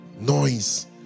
noise